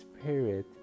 spirit